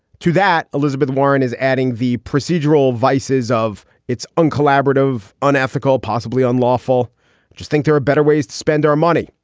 too, that elizabeth warren is adding the procedural vices of its own collaborative, unethical, possibly unlawful. i just think there are better ways to spend our money.